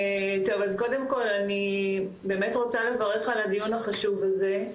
קודם כל אני באמת רוצה לברך על הדיון החשוב הזה,